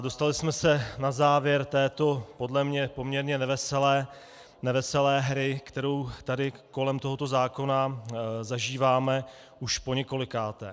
Dostali jsme se na závěr této podle mě poměrně neveselé hry, kterou tady kolem tohoto zákona zažíváme už poněkolikáté.